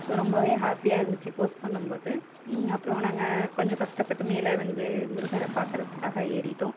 so ரொம்பவே ஹாப்பியாக இருந்துச்சு போஸ்ட் பண்ணும் போது அப்புறம் நாங்கள் கொஞ்சம் கஷ்டப்பட்டு மேலே வந்து முருகனை பார்க்குறதுக்காக ஏறிவிட்டோம்